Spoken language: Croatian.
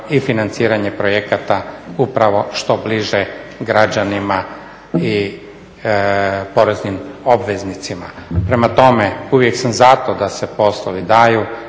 i financiranje projekata upravo što bliže građanima i poreznim obveznicima. Prema tome, uvijek sam za to da se poslovi daju,